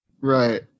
Right